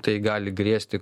tai gali grėsti